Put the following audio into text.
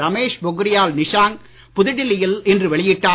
ரமேஷ் பொக்ரியால் நிஷாங்க் புதுடெல்லியில் இன்று வெளியிட்டார்